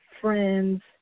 friends